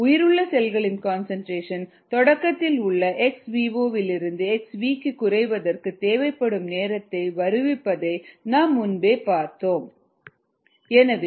உயிருள்ள செல்களின் கன்சன்ட்ரேஷன் தொடக்கத்தில் உள்ள xvo இல் இருந்து xv க்கு குறைவதற்கு தேவைப்படும் நேரத்தை வருவிப்பதை நாம் முன்பே பார்த்தோம் 2